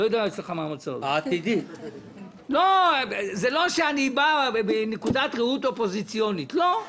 זה לא שאני בא מנקודת מבט אופוזיציונית, לא.